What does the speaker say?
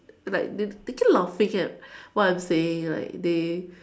like they they keep laughing at what I'm saying like they